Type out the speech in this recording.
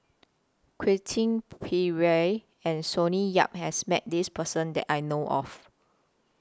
Quentin Pereira and Sonny Yap has Met This Person that I know of